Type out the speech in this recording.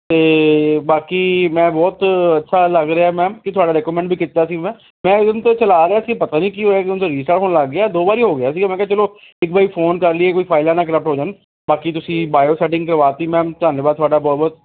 ਅਤੇ ਬਾਕੀ ਮੈਂ ਬਹੁਤ ਅੱਛਾ ਲੱਗ ਰਿਹਾ ਮੈਮ ਕੀ ਤੁਹਾਡਾ ਰੇਕੋਮੈਂਡ ਵੀ ਕੀਤਾ ਸੀ ਮੈਂ ਮੈਂ ਇੰਨੇ ਤਾਂ ਚਲਾ ਰਿਹਾ ਸੀ ਪਤਾ ਨਹੀਂ ਕੀ ਹੋਇਆ ਇੱਕਦਮ ਤੋਂ ਰੀਸਟਾਟ ਹੋਣ ਲੱਗ ਗਿਆ ਦੋ ਵਾਰੀ ਹੋ ਗਿਆ ਸੀ ਮੈਂ ਕਿਹਾ ਚਲੋ ਇੱਕ ਵਾਰੀ ਫ਼ੋਨ ਕਰ ਲੀਏ ਕੋਈ ਫਾਈਲਾਂ ਨਾ ਕਰੱਪਟ ਹੋ ਜਾਣ ਬਾਕੀ ਤੁਸੀਂ ਬਾਇਓ ਸੈਟਿੰਗ ਕਰਵਾ ਤੀ ਮੈਮ ਧੰਨਵਾਦ ਤੁਹਾਡਾ ਬਹੁਤ ਬਹੁਤ